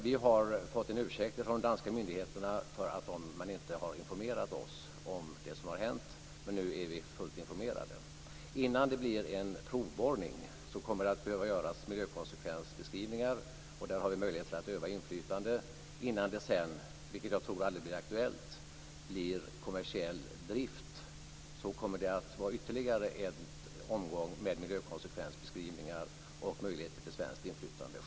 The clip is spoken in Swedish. Vi har fått en ursäkt från de danska myndigheterna för att man inte har informerat oss om det som har hänt. Nu är vi fullt informerade. Innan det blir en provborrning kommer det att behöva göras miljökonsekvensbeskrivningar. Där har vi möjlighet att öva inflytande. Innan det sedan - vilket jag tror aldrig blir aktuellt - blir kommersiell drift kommer det att göras ytterligare en omgång med miljökonsekvensbeskrivningar och det blir möjligheter till svenskt inflytande.